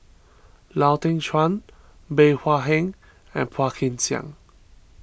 Lau Teng Chuan Bey Hua Heng and Phua Kin Siang